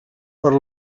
per